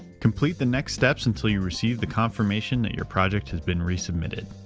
complete the next steps until you receive the confirmation that your project has been resubmitted.